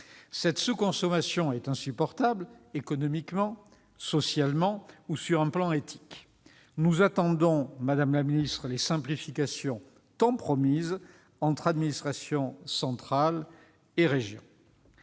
Cette sous-consommation est insupportable économiquement, socialement et sur le plan éthique. Nous attendons, madame la secrétaire d'État, les simplifications tant promises entre administrations centrales et régions.